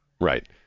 Right